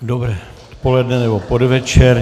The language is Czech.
Dobré odpoledne, nebo podvečer.